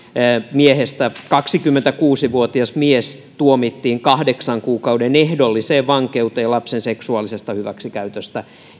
että kaksikymmentäkuusi vuotias mies tuomittiin kahdeksan kuukauden ehdolliseen vankeuteen lapsen seksuaalisesta hyväksikäytöstä